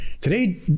Today